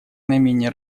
наименее